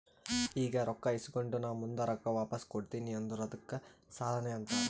ಈಗ ರೊಕ್ಕಾ ಇಸ್ಕೊಂಡ್ ನಾ ಮುಂದ ರೊಕ್ಕಾ ವಾಪಸ್ ಕೊಡ್ತೀನಿ ಅಂದುರ್ ಅದ್ದುಕ್ ಸಾಲಾನೇ ಅಂತಾರ್